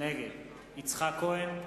נגד יצחק כהן,